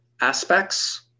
aspects